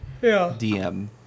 DM